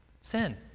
sin